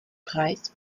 preis